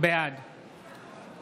בעד